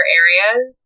areas